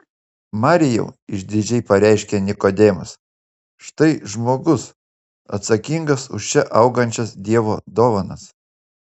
marijau išdidžiai pareiškė nikodemas štai žmogus atsakingas už čia augančias dievo dovanas